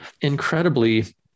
incredibly